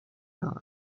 hour